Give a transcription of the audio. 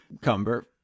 Cumber